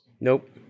nope